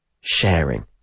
sharing